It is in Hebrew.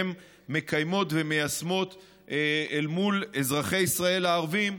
שהן מקיימות ומיישמות אל מול אזרחי ישראל הערבים,